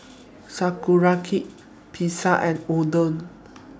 Sauerkraut Pizza and Oden